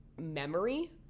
memory